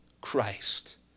Christ